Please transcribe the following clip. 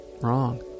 wrong